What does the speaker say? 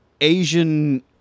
Asian